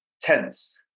tense